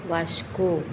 Vasco